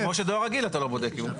כמו שדואר רגיל אתה לא בודק אם הוא